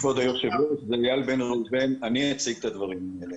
כבוד היושבת-ראש, אני אציג את הדברים האלה.